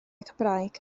cymraeg